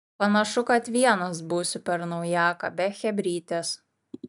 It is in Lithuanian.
panašu kad vienas būsiu per naujaką be chebrytės